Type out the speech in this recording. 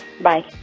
bye